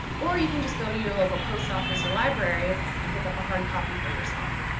or you can just go to your local post office or library and pick up a hard copy for yourself.